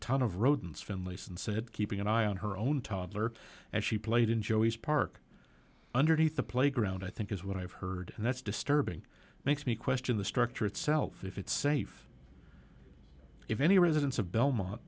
ton of rodents finlayson said keeping an eye on her own toddler as she played in joey's park underneath the playground i think is what i've heard and that's disturbing makes me question the structure itself if it's safe if any residents of belmont